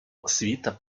освіта